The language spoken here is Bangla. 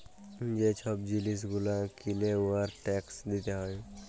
যে ছব জিলিস গুলা কিলে উয়ার ট্যাকস দিতে হ্যয়